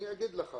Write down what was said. אני אגיד לך